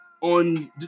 on